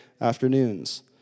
Afternoons